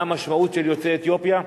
מה המשמעות של יוצאי אתיופיה,